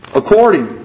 according